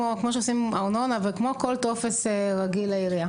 כמו שעושים ארנונה וכמו כל טופס רגיל בעירייה.